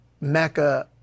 mecca